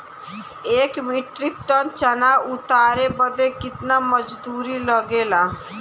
एक metric tonne चना उतारे बदे कितना मजदूरी लगे ला?